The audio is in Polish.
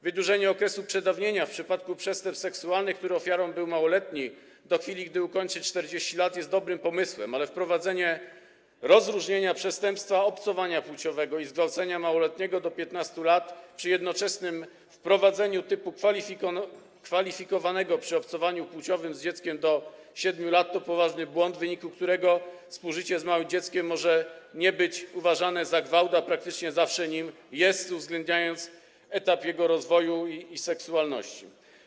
Wydłużenie okresu przedawnienia w przypadku przestępstw seksualnych, których ofiarą był małoletni, do chwili gdy ukończy 40 lat, jest dobrym pomysłem, ale wprowadzenie rozróżnienia przestępstwa obcowania płciowego i zgwałcenia małoletniego do 15 lat przy jednoczesnym wprowadzeniu typu kwalifikowanego przy obcowaniu płciowym z dzieckiem do 7 lat to poważny błąd, w wyniku którego współżycie z małym dzieckiem może nie być uważane za gwałt, a praktycznie zawsze nim jest, uwzględniając etap jego rozwoju i seksualności.